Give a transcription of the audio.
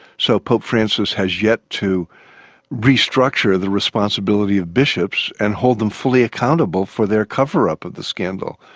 so pope francis has yet to restructure the responsibility of bishops and hold them fully accountable for their cover-up of the scandal.